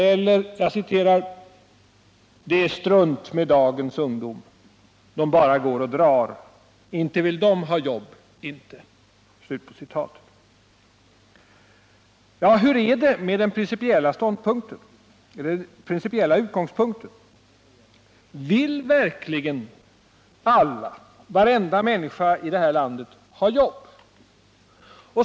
Eller också säger de: Det är strunt med dagens ungdom. Dom bara går och drar. Inte vill dom ha jobb, inte. Hur är det med den principiella utgångspunkten? Vill verkligen alla — varenda människa i det här landet — ha jobb?